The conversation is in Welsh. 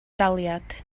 daliad